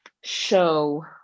show